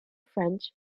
french